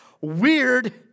Weird